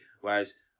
whereas